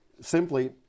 Simply